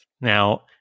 Now